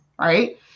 right